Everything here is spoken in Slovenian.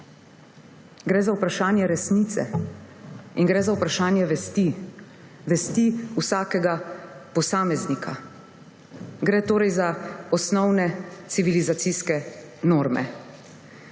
Gre za vprašanje resnice in gre za vprašanje vesti, vesti vsakega posameznika. Gre torej za osnovne civilizacijske norme.